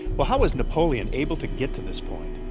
but how was napoleon able to get to this point?